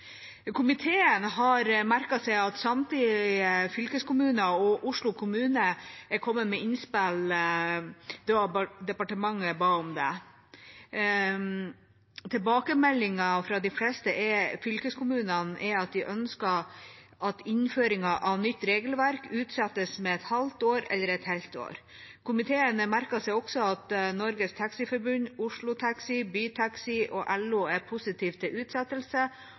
Komiteen har merket seg at samtlige fylkeskommuner og Oslo kommune kom med innspill da departementet ba om det. Tilbakemeldingen fra de fleste fylkeskommunene er at de ønsker at innføringen av nytt regelverk utsettes med et halvt eller et helt år. Komiteen merker seg også at Norges Taxiforbund, Oslo Taxi, Bytaxi og LO er positiv til utsettelse,